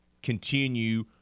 continue